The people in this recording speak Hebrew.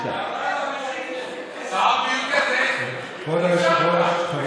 שר בריאות כזה, חבר